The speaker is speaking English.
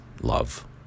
love